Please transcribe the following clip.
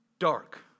Dark